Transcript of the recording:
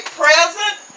present